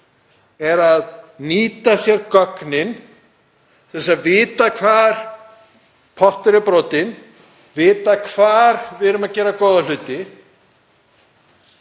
því að nýta sér gögnin til að vita hvar pottur er brotinn, hvar við erum að gera góða hluti,